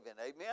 amen